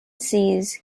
sees